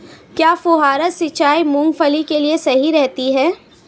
क्या फुहारा सिंचाई मूंगफली के लिए सही रहती है?